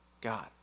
God